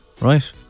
Right